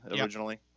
originally